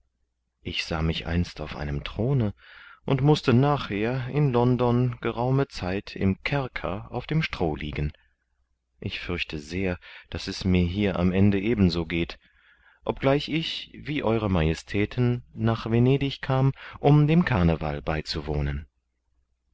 ich sah mich einst auf einem throne und mußte nachher in london geraume zeit im kerker auf dem stroh liegen ich fürchte sehr daß es mir hier am ende eben so geht obgleich ich wie eure majestäten nach venedig kam um dem carneval beizuwohnen